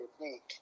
unique